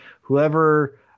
whoever